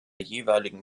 jeweiligen